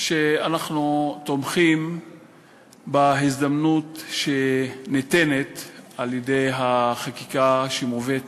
שאנחנו תומכים בהזדמנות הניתנת על-ידי החקיקה שמובאת